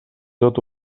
tot